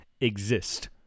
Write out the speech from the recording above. exist